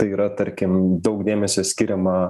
tai yra tarkim daug dėmesio skiriama